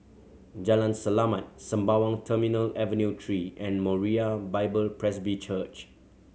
Jalan Selamat Sembawang Terminal Avenue Three and Moriah Bible Presby Church